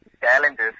challenges